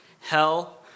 Hell